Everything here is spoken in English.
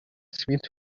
smith